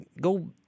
go